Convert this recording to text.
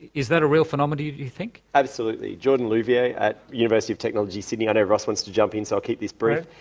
is that a real phenomenon do you think? absolutely, jordan louviere at the university of technology sydney, i know ross wants to jump in so i'll keep this brief,